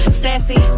sassy